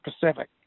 Pacific